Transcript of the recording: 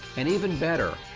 and even better,